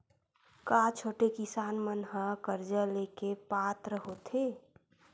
का छोटे किसान मन हा कर्जा ले के पात्र होथे?